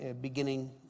beginning